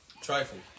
Trifle